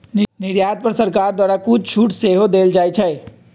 निर्यात पर सरकार द्वारा कुछ छूट सेहो देल जाइ छै